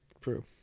True